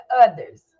others